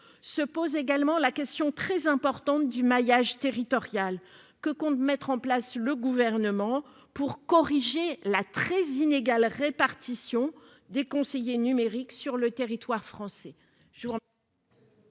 Se pose également la question du maillage territorial. Là encore, que compte mettre en place le Gouvernement pour corriger la très inégale répartition des conseillers numériques sur le territoire français